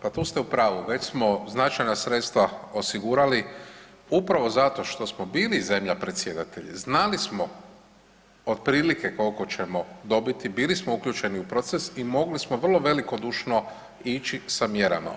Pa tu ste u pravu, već smo značajna sredstva osigurali upravo zato što smo bili zemlja predsjedatelji, znali smo otprilike koliko ćemo dobiti, bili smo uključeni u proces i mogli smo vrlo velikodušno ići sa mjerama.